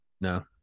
No